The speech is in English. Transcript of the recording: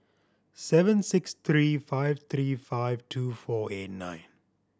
seven six three five three five two four eight nine